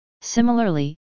Similarly